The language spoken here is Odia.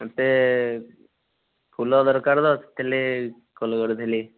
ମୋତେ ଫୁଲ ଦରକାର ତ ସେଥିର ଲାଗି କଲ୍ କରିଥିଲି